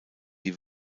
die